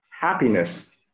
happiness